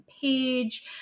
page